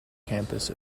campus